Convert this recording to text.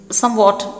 somewhat